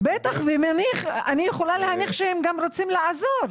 בטח, ואני יכולה להניח שהם גם רוצים לעזור.